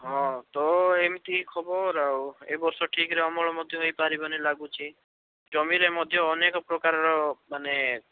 ହଁ ତ ଏମତି ଖବର ଆଉ ଏଇ ବର୍ଷ ଠିକ୍ରେ ଅମଳ ମଧ୍ୟ ହେଇପାରିବନି ଲାଗୁଛି ଜମିରେ ମଧ୍ୟ ଅନେକ ପ୍ରକାରର ମାନେ